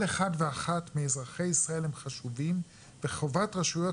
כל אחד ואחת מאזרחי ישראל הם חשובים וחובת רשויות